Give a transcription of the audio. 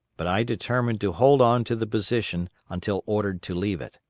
but i determined to hold on to the position until ordered to leave it.